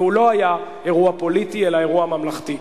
והוא לא היה אירוע פוליטי אלא אירוע ממלכתי.